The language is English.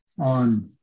on